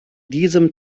diesem